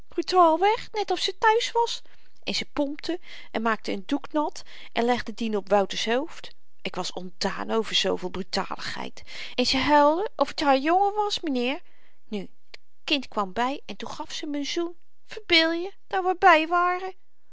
brutaalweg net of ze thuis was en ze pompte en maakte een doek nat en legde dien op wouter's hoofd ik was ontdaan over zooveel brutaligheid en ze huilde of t naar jongen was m'nheer nu t kind kwam by en toen gaf ze hem een zoen verbeelje daar we by waren